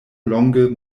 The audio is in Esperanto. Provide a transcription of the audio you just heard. longe